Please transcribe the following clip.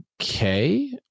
okay